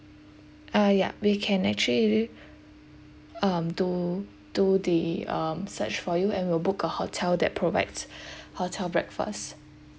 uh yup we can actually um do do the um search for you and we'll book a hotel that provides hotel breakfast